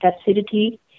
acidity